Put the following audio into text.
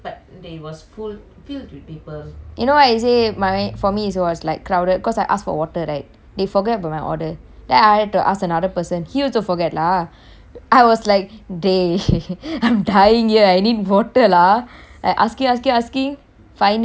you know why I say my for me it was like crowded cause I ask for water right they forget about my order then I had to ask another person he also forget lah I was like dey I'm dying here I need water lah I asking asking asking finally I get my water !aiyo!